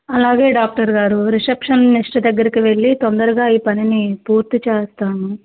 అలానే డాక్టర్ గారు రిసెప్షనిస్ట్ దగ్గరికి వెళ్ళి తొందరగా ఈ పనిని పూర్తి చేస్తాను